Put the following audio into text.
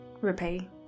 repay